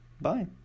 Bye